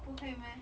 不可以 meh